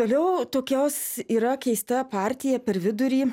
toliau tokios yra keista partija per vidurį